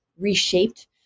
reshaped